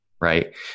right